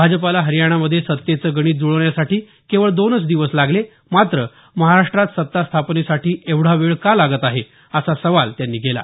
भाजपाला हरियाणामधे सत्तेचं गणित जुळवण्यासाठी केवळ दोन दिवस लागले मात्र महाराष्ट्रात सत्ता स्थापनेसाठी ऐवढा वेळ का लागत आहे असा सवाल त्यांनी केला